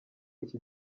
iki